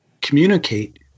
communicate